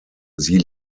sie